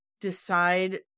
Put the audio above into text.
decide